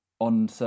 on